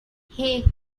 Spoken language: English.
hey